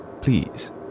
Please